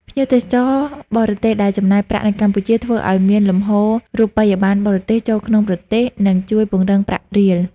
ភ្ញៀវទេសចរបរទេសដែលចំណាយប្រាក់នៅកម្ពុជា ធ្វើឱ្យមានលំហូររូបិយប័ណ្ណបរទេសចូលក្នុងប្រទេស និងជួយពង្រឹងប្រាក់រៀល។